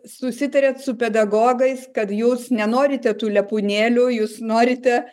susitarėt su pedagogais kad jūs nenorite tų lepūnėlių jūs norite